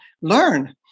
learn